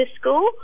school